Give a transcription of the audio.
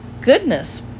Goodness